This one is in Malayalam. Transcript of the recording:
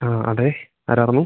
ആ അതെ ആരായിരുന്നു